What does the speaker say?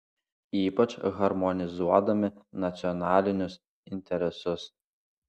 ypač harmonizuodami nacionalinius interesus